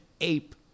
ape